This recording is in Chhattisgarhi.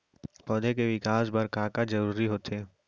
पौधे के विकास बर का का जरूरी होथे?